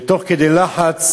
ותוך כדי לחץ,